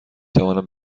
توانم